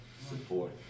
Support